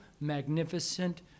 magnificent